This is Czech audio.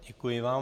Děkuji vám.